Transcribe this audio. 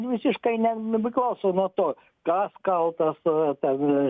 visiškai ne nepriklauso nuo to kas kaltas ten